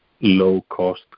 low-cost